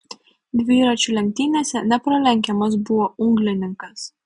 dviračių lenktynėse nepralenkiamas buvo unglininkas